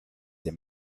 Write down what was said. the